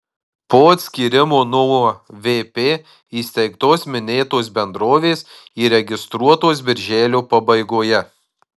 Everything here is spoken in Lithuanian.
po atskyrimo nuo vp įsteigtos minėtos bendrovės įregistruotos birželio pabaigoje